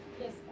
Yes